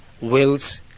wills